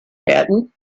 patton